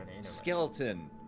skeleton